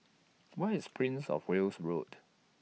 Where IS Prince of Wales Road